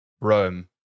Rome